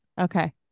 Okay